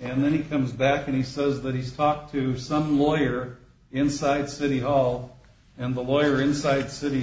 and then he comes back and he says that he's talked to someone here inside city hall and the lawyer inside city